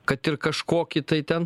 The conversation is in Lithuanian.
kad ir kažkokį tai ten